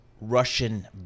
Russian